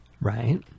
Right